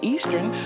Eastern